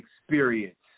experience